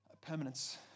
permanence